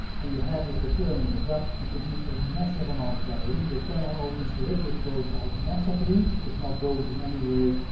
and you have this bacterium in your gut, you produce a massive amount of diarrhea. the channel open liquid goes out massively. it's not dosed in any way,